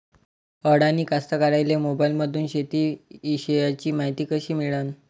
अडानी कास्तकाराइले मोबाईलमंदून शेती इषयीची मायती कशी मिळन?